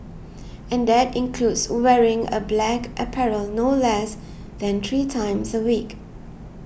and that includes wearing a black apparel no less than three times a week